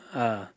ah